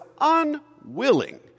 unwilling